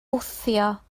wthio